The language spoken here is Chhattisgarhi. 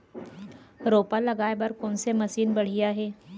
रोपा लगाए बर कोन से मशीन बढ़िया हे?